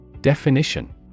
Definition